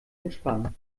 entspannen